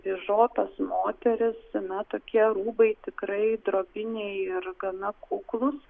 vyžotas moteris na tokie rūbai tikrai drobiniai ir gana kuklūs